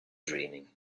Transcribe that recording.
dreaming